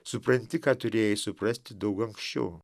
supranti ką turėjai suprasti daug anksčiau